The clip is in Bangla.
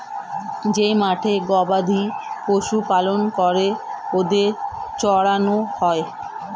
যেই মাঠে গবাদি পশু পালন করে ওদের চড়ানো হয়